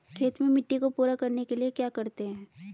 खेत में मिट्टी को पूरा करने के लिए क्या करते हैं?